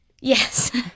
Yes